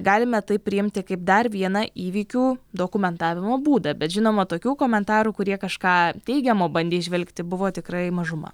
galime tai priimti kaip dar vieną įvykių dokumentavimo būdą bet žinoma tokių komentarų kurie kažką teigiamo bandė įžvelgti buvo tikrai mažuma